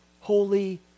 holy